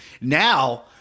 now